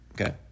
Okay